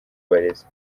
barezi